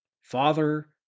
Father